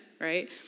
right